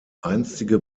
einstige